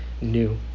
new